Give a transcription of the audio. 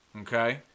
Okay